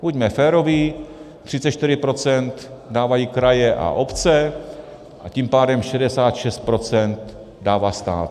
Buďme féroví, 34 % dávají kraje a obce, a tím pádem 66 % dává stát.